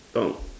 oh